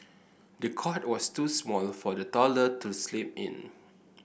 the cot was too small for the toddler to sleep in